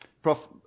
Prof